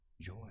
joy